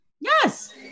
Yes